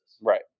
Right